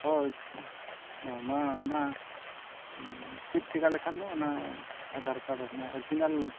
ᱦᱳᱭ ᱦᱮᱸ ᱢᱟ ᱚᱱᱟ ᱪᱮᱫ ᱪᱤᱠᱟᱹ ᱞᱮᱠᱷᱟᱱ ᱫᱚ ᱚᱱᱟ ᱟᱫᱷᱟᱨ ᱠᱟᱨᱰ ᱨᱮ ᱚᱨᱤᱡᱤᱱᱟᱞ